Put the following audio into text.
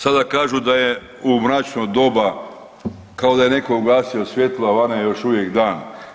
Sada kažu da je u mračno doba kao da je netko ugasio svjetlo, a vani je još uvijek dan.